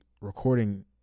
recording